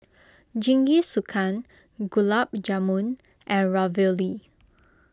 Jingisukan Gulab Jamun and Ravioli